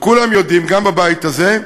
כולם יודעים, גם הבית הזה,